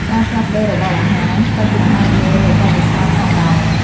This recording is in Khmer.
ការផ្លាស់ប្ដូររបបអាហារក៏ជាផ្នែកមួយនៃបទពិសោធន៍ផងដែរ។